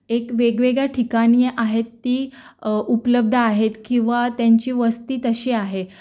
एक वेगवेगळ्या ठिकाणी आहेत ती उपलब्ध आहेत किंवा त्यांची वस्ती तशी आहे